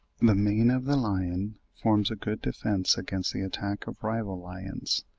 the mane of the lion forms a good defence against the attacks of rival lions,